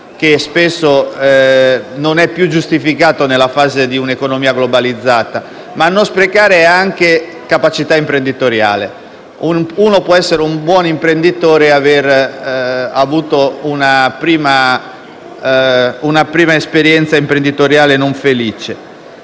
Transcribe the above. che spesso non è più giustificato in una economia globalizzata, ma a non sprecare neanche capacità imprenditoriale. Si può essere buoni imprenditori e avere avuto una prima esperienza imprenditoriale non felice.